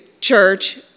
church